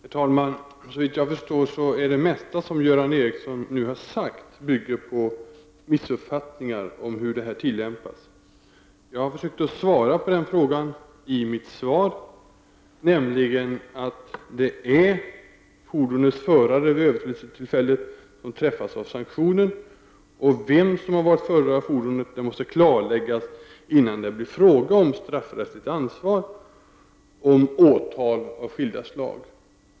Herr talman! Såvitt jag förstår bygger det mesta av det som Göran Ericsson här har sagt på missuppfattningar om hur reglerna tillämpas. Jag har försökt att svara på frågan, nämligen att det är fordonets förare vid överträdelsetillfället som träffas av sanktionen. Vem som har varit förare av fordonet måste klarläggas, innan det blir fråga om straffrättsligt ansvar och åtal av skilda slag.